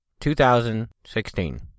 2016